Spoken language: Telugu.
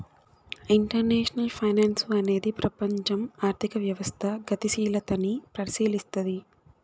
ఇంటర్నేషనల్ ఫైనాన్సు అనేది ప్రపంచం ఆర్థిక వ్యవస్థ గతిశీలతని పరిశీలస్తది